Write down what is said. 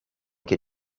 che